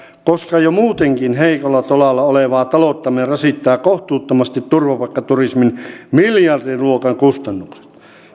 koska jo muutenkin heikolla tolalla olevaa talouttamme rasittaa kohtuuttomasti turvapaikkaturismin miljardiluokan kustannukset